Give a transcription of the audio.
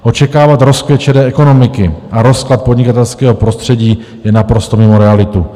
Očekávat rozkvět šedé ekonomiky a rozklad podnikatelského prostředí je naprosto mimo realitu.